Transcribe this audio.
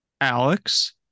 Alex